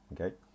okay